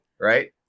right